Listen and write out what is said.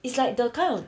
it's like the kind of